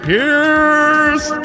Pierce